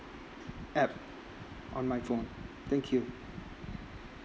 app on my phone thank you